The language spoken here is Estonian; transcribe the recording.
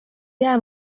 jää